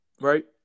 Right